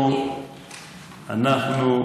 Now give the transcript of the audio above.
לא נתונים.